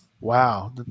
Wow